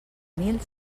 mil